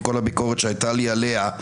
עם כל הביקורת שהייתה לי עליה,